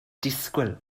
disgwyl